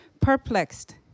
perplexed